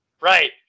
right